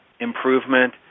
Improvement